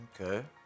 Okay